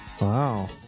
Wow